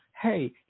Hey